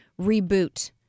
reboot